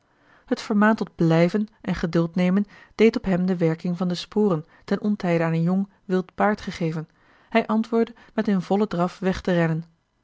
het vermaan tot blijven en geduld nemen deed op hem de werking van de sporen ten ontijde aan een jong wild paard gegeven hij antwoordde met in vollen draf weg te rennen